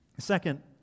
Second